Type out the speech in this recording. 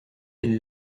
elle